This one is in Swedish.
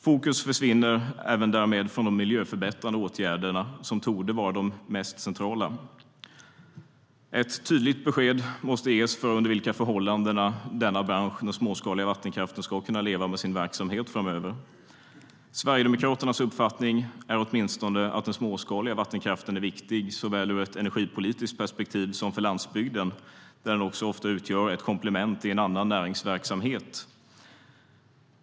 Fokus försvinner även från de miljöförbättrande åtgärder som torde vara de mest centrala. Ett tydligt besked måste ges om under vilka förhållanden den småskaliga vattenkraften ska leva framöver. Sverigedemokraternas uppfattning är att den småskaliga vattenkraften är viktig såväl ur ett energipolitiskt perspektiv som för landsbygden, där den ofta utgör ett komplement i en annan näringsverksamhet.